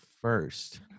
first